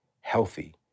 healthy